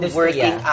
working